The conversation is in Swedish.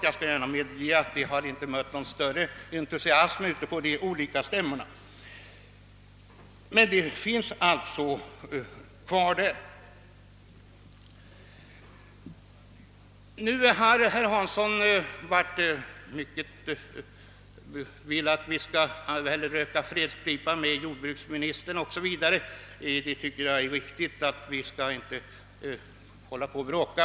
Jag skall gärna medge att det inte har mött någon större entusiasm ute på de olika stämmorna, men förslaget kvarstår. Nu vill herr Hansson i Skegrie röka fredspipa med jordbruksministern, och jag tycker att det är riktigt att vi inte skall bråka.